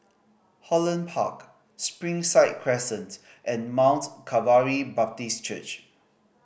Holland Park Springside Crescent and Mount Calvary Baptist Church